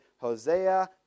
Hosea